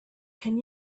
can